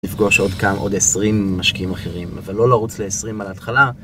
נפגוש עוד כמה, עוד 20 משקיעים אחרים, אבל לא לרוץ ל-20 מהתחלה.